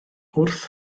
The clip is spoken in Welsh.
wrth